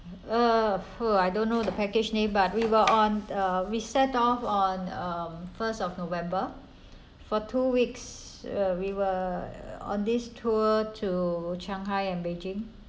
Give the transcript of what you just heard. uh I don't know the package name but we were on uh we set of on um first of november for two weeks uh we were on this tour to shanghai and beijing